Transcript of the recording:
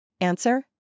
Answer